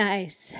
Nice